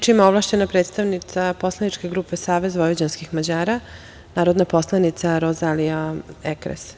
Reč ima ovlašćena predstavnica poslaničke grupe Savez vojvođanskih Mađara, narodna poslanika Rozalija Ekres.